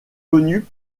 connu